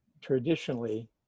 traditionally